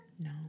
no